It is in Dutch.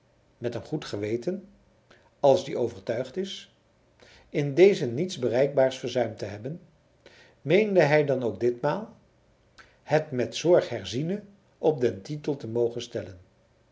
met een goed geweten als die overtuigd is in dezen niets bereikbaars verzuimd te hebben meende hij dan ook ditmaal het met zorg herziene op den titel te mogen stellen